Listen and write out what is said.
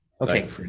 Okay